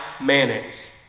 mayonnaise